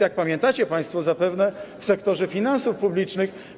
Jak pamiętacie państwo zapewne, w sektorze finansów publicznych.